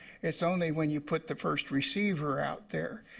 it's only when you put the first receiver out there.